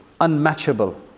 unmatchable